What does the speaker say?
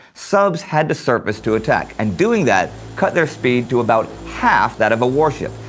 subs had to surface to attack, and doing that cut their speed to about half that of a warship,